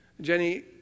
Jenny